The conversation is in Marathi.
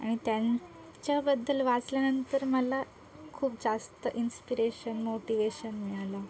आणि त्यांच्याबद्दल वाचल्यानंतर मला खूप जास्त इन्स्पिरेशन मोटीवेशन मिळालं